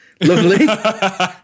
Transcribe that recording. Lovely